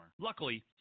Luckily